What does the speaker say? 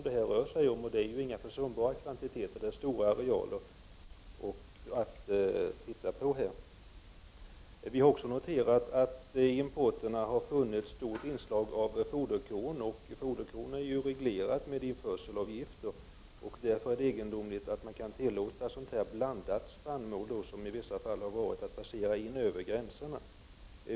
Det är inga försumbara kvantiteter, utan det är fråga om stora arealer. Vi har också noterat att det i importen har funnits ett stort inslag av foderkorn, som är reglerat med införselavgifter. Därför är det egendomligt att blandad spannmål tillåts passera in över gränserna.